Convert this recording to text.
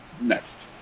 Next